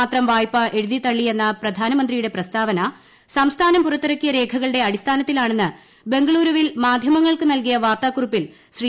മാത്രം വായ്പ എഴുതിത്തള്ളിയെന്ന പ്രധാനമന്ത്രിയുടെ പ്രസ്താവന സംസ്ഥാനം പുറത്തിറക്കിയ രേഖകളുടെ അടിസ്ഥാനത്തിലാണെന്ന് ബംഗളുരുവിൽ മാധ്യമങ്ങൾക്ക് നൽകിയ വാർത്താക്കുറിപ്പിൽ ശ്രീ